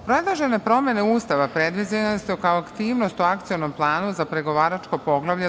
Predložene promene Ustava predviđene su kao aktivnost u Akcionom planu za pregovaračko Poglavlje 23.